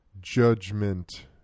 judgment